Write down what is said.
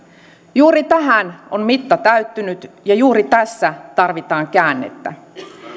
juuri tähän on mitta täyttynyt ja juuri tässä tarvitaan käännettä